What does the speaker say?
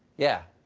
yeah,